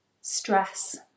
stress